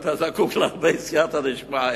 אתה זקוק להרבה סייעתא דשמיא,